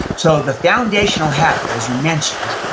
so, the foundational habit, as you mentioned,